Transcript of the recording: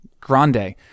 grande